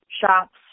shops